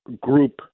group